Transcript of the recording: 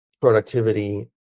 productivity